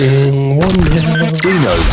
Dino